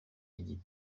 midi